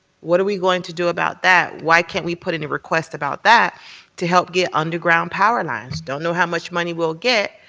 what are we going to do about that? why can't we put in a request about that to help get underground powerlines? don't know how much money we'll get,